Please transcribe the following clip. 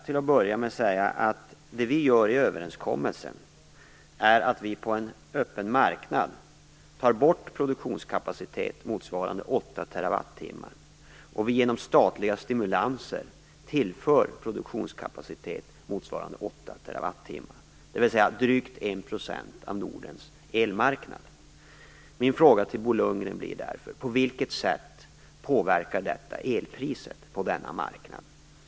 I och med överenskommelsen tar vi på en öppen marknad bort produktionskapacitet motsvarande 8 terawattimmar, och genom statliga stimulanser tillför vi produktionskapacitet motsvarande 8 terawattimmar, dvs. drygt 1 % av Nordens elmarknad. Min fråga till Bo Lundgren blir därför: På vilket sätt påverkar detta elpriset på denna marknad?